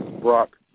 Brock